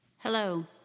Hello